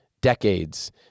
decades